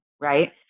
right